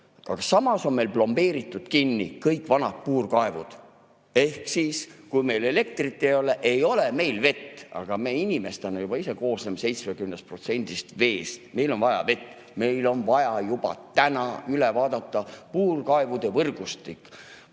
aga samas on meil plombeeritud kinni kõik vanad puurkaevud. Ehk siis, kui meil elektrit ei ole, ei ole meil vett. Aga me inimestena juba ise koosneme 70% veest, meil on vaja vett. Meil on vaja kohe üle vaadata puurkaevude võrgustik